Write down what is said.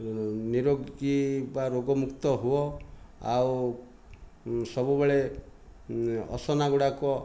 ନିରୋଗୀ ବା ରୋଗମୁକ୍ତ ହୁଅ ଆଉ ସବୁବେଳେ ଅସନା ଗୁଡ଼ାକ